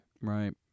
Right